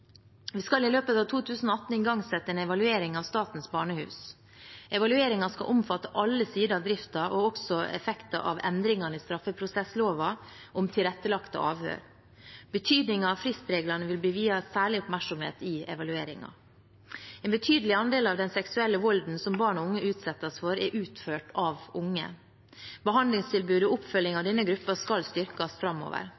Vi skal i løpet av 2018 igangsette en evaluering av Statens barnehus. Evalueringen skal omfatte alle sider av driften og også effekter av endringene i straffeprosessloven om tilrettelagte avhør. Betydningen av fristreglene vil bli viet særlig oppmerksomhet i evalueringen. En betydelig andel av den seksuelle volden som barn og unge utsettes for, er utført av unge. Behandlingstilbudet og